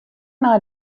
nei